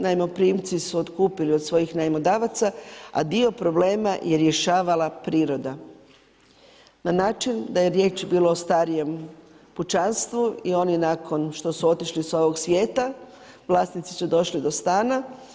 Najmoprimci su otkupili od svojih najmodavaca, a dio problema je rješavala priroda na način da je riječ bilo o starijem pučanstvu i oni nakon što su otišli sa ovog svijeta, vlasnici su došli do stana.